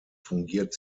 fungiert